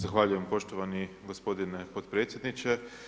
Zahvaljujem poštovani gospodine potpredsjedniče.